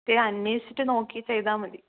ദേ അന്വേഷിച്ചിട്ട് നോക്കി ചെയ്താൽ മതി